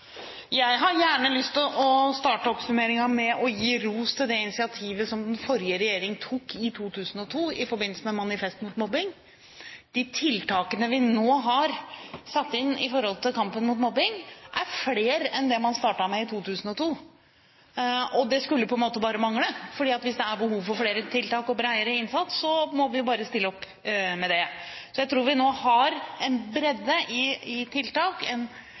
Jeg har gjerne lyst til å starte oppsummeringen med å gi ros til det initiativet som den forrige regjering tok i 2002 i forbindelse med Manifest mot mobbing. De tiltakene vi nå har satt inn i kampen mot mobbing, er flere enn dem man startet med i 2002 – og det skulle på en måte bare mangle, for hvis det er behov for flere tiltak og bredere innsats, må vi bare stille opp med det. Jeg tror vi nå har en bredde av tiltak,